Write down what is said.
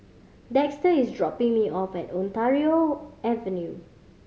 Dexter is dropping me off at Ontario Avenue